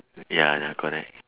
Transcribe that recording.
ya ya correct